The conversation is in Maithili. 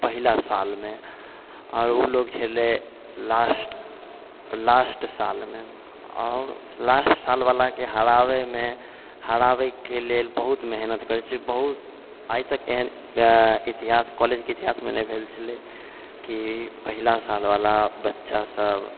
पहिला सालमे आओर ओ लोक छलै लास्ट सालमे आओर लास्ट सालवलाके हराबैमे हराबैके लेल बहुत मेहनत करै छै बहुत आइतक एहन इतिहास कॉलेजके इतिहासमे नहि भेल छलै कि पहिला सालवला बच्चासब